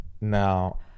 Now